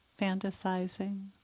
fantasizing